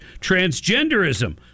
transgenderism